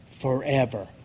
forever